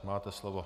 Máte slovo.